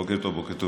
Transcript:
בוקר טוב לכולם.